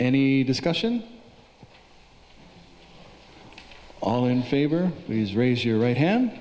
any discussion all in favor these raise your right hand